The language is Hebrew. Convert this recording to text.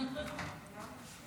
אני רוצה